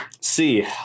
see